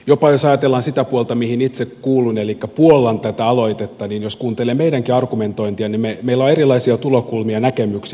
jopa jos ajatellaan sitä puolta mihin itse kuulun elikkä puollan tätä aloitetta niin jos kuuntelee meidänkin argumentointiamme niin meillä on erilaisia tulokulmia näkemyksiä